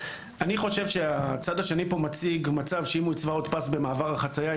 אני חושב שהצד השני פה מציג מצב שבו אם הוא יצבע עוד פס במעבר החצייה,